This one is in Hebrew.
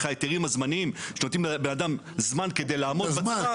ההיתרים הזמניים כך שנותנים לאדם זמן לעמוד בזה.